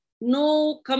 No